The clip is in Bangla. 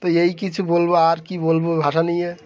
তো এই কিছু বলবো আর কি বলবো ভাষা নিয়ে